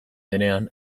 denean